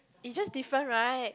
it's just different right